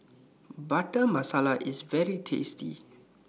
Butter Masala IS very tasty